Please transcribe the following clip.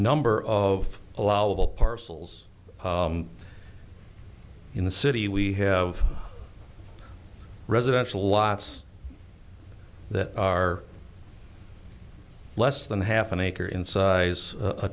number of allowable parcels in the city we have residential lots that are less than half an acre in size a